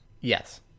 Yes